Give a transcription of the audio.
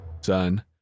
son